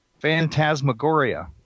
Phantasmagoria